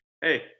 hey